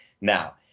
Now